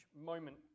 moment